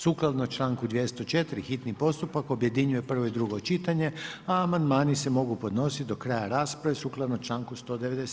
Sukladno članku 204. hitni postupak objedinjuje prvo i drugo čitanje, a amandmani se mogu podnosit do kraja rasprave sukladno članku 197.